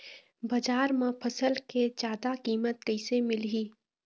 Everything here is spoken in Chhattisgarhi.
बजार म फसल के जादा कीमत कैसे मिलही?